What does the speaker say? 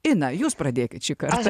ina jūs pradėkit šį kartą